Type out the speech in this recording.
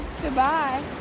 goodbye